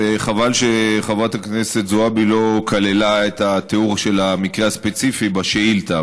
וחבל שחברת הכנסת זועבי לא כללה את התיאור של המקרה הספציפי בשאילתה.